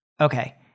Okay